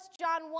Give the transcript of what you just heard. John